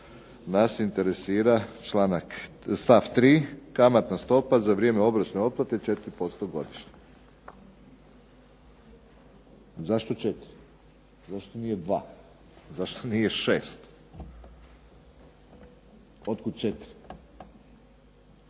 nas interesira stav 3., kamatna stopa za vrijeme obročne otplate 4% godišnje. Zašto 4, zašto nije 2, zašto nije 6, otkud 4?